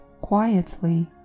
quietly